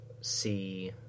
see